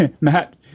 Matt